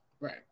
Right